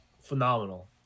phenomenal